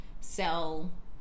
sell